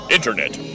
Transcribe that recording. Internet